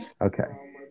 Okay